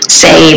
say